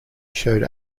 showed